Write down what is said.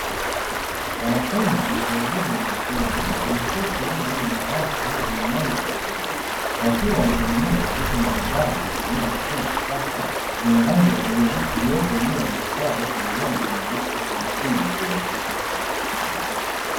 Wanafunzi wa elimu ya ufundi wameketi ndani ya darasa lenye mwanga wa kutosha wakiwa wanatengeneza vitu mbalimbali kwa kutumia mashine ya kisasa yenye rangi ya buluu iliyopo juu ya meza zao zenye rangi nyeupe kwa umakini mkubwa.